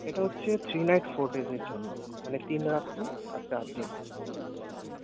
এটা হচ্ছে three night four ডেজের জন্য মানে তিন রাত্রি আর চারদিন ঠিক আছে